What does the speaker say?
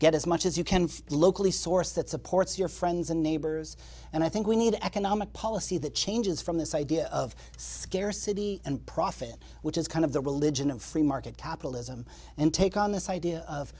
get as much as you can locally sourced that supports your friends and neighbors and i think we need economic policy that changes from this idea of scarcity and profit which is kind of the religion of free market capitalism and take on this idea of